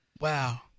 Wow